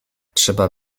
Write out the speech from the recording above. trzeba